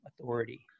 authority